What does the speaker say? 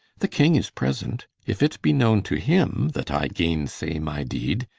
the king is present if it be knowne to him, that i gainsay my deed,